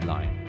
Line，